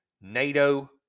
NATO